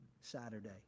Saturday